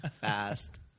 Fast